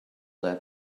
that